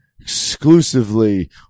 exclusively